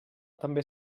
també